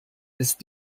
ist